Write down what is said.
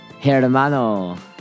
Hermano